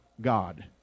God